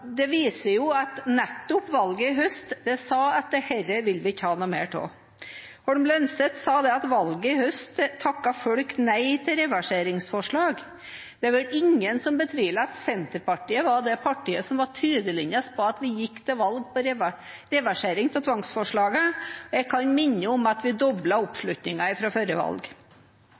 høst viser at dette vil vi ikke ha noe mer av. Holm Lønseth sa at ved valget i høst takket folk nei til reverseringsforslag. Det er vel ingen som betviler at Senterpartiet var det partiet som var tydeligst på at vi gikk til valg på reversering av tvangsforslagene. Jeg kan minne om at vi doblet oppslutningen fra forrige valg.